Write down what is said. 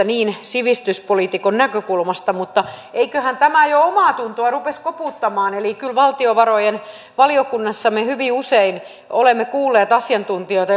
niin sivistyspoliitikon näkökulmasta mutta eiköhän tämä jo omaatuntoa ruvennut koputtamaan eli kyllä valtiovarainvaliokunnassa me hyvin usein olemme kuulleet asiantuntijoita